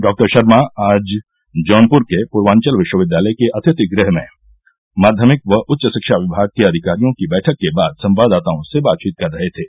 डॉ शर्मा आज जौनपुर के पूर्वांचल विश्वविद्यालय के अतिथि गृह में माध्यमिक व उच्च शिक्षा विमाग के अधिकारियों की बैठक के बाद संवाददाताओं से बातचीत कर रहे थे